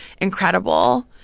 incredible